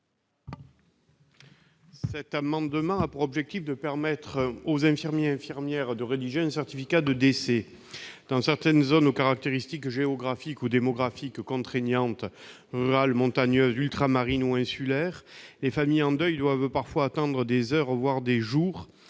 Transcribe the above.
Cet amendement a pour objet de permettre aux infirmiers et infirmières de rédiger un certificat de décès. Dans certaines zones aux caractéristiques géographiques et démographiques contraignantes, rurales, montagneuses, ultra-marines ou insulaires, les familles en deuil doivent parfois attendre des heures, voire des jours,